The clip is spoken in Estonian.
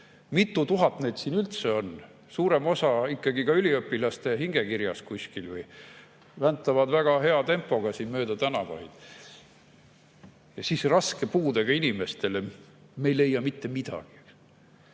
Mitu tuhat neid siin üldse on? Suurem osa on ikkagi üliõpilaste hingekirjas kuskil. Väntavad väga hea tempoga siin mööda tänavaid. Samas raske puudega inimestele me ei leia mitte midagi.